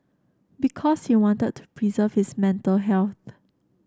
because he wanted to preserve his mental health